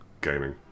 gaming